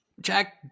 Jack